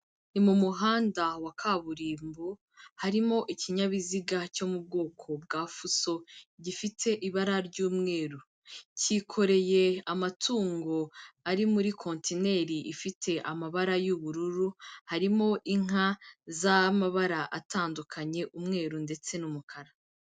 Ni mu muhanda wa kaburimbo, harimo ikinyabiziga cyo mu bwoko bwa fuso gifite ibara ry'umweru, kikoreye amatungo ari muri kontineri ifite amabara y'ubururu, harimo inka z'amabara atandukanye umweru ndetse n'umukara.